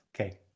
Okay